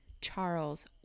Charles